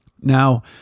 Now